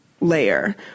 layer